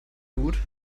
gut